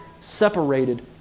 separated